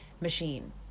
machine